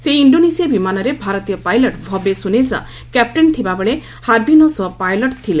ସେହି ଇଷ୍ଡୋନେସିଆ ବିମାନରେ ଭାରତୀୟ ପାଇଲଟ୍ ଭବ୍ୟେ ସୁନେକା କ୍ୟାପ୍ଟେନ୍ ଥିବାବେଳେ ହାର୍ଭିନୋ ସହ ପାଇଲଟ୍ ଥିଲେ